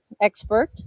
expert